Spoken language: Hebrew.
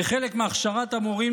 כחלק מהכשרת המורים,